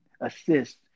assist